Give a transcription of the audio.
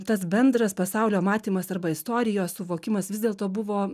tas bendras pasaulio matymas arba istorijos suvokimas vis dėlto buvo